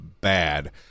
bad